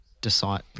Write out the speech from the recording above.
decide